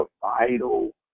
vital